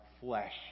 flesh